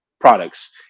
products